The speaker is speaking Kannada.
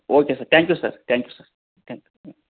okay sir thank you sir thank you sir thank ಹ್ಞೂ